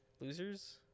Losers